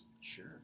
Sure